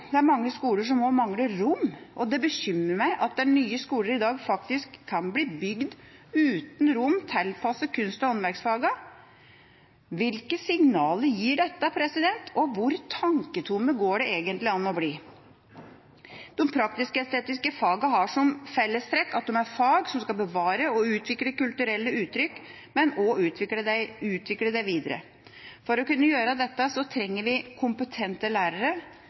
Det er mange skoler som også mangler rom, og det bekymrer meg at nye skoler i dag faktisk kan bli bygd uten rom tilpasset kunst- og håndverksfagene. Hvilke signaler gir dette, og hvor tanketom går det egentlig an å bli? De praktisk-estetiske fagene har som fellestrekk at det er fag som skal bevare og utvikle kulturelle uttrykk, men også utvikle dem videre. For å kunne gjøre dette trenger vi kompetente lærere,